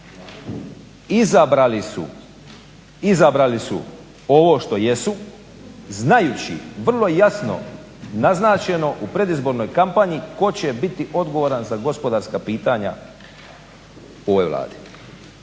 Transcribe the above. izabrali su ovo što jesu znajući vrlo jasno naznačeno u predizbornoj kampanji tko će biti odgovoran za gospodarska pitanja u ovoj Vladi.